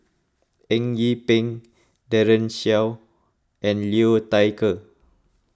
Eng Yee Peng Daren Shiau and Liu Thai Ker